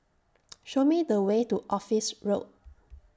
Show Me The Way to Office Road